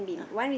ah